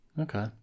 Okay